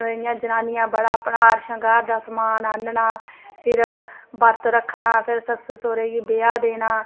जनानियें बड़ा अपना हार शंगार दा समान आह्नना फिर बर्त रक्खना फिर सस्सु सौह्रे गी बेआ देना